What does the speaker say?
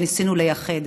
וניסינו לייחד.